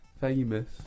famous